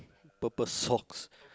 purple socks